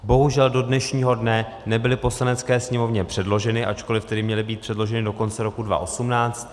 Bohužel do dnešního dne nebyly v Poslanecké sněmovně předloženy, ačkoliv tedy měly být předloženy do konce roku 2018.